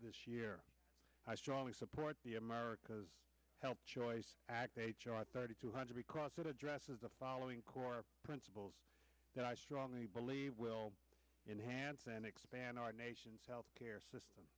this year i strongly support the america's help choice act two hundred because it addresses the following core principles that i strongly believe will enhance and expand our nation's health care system